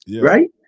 right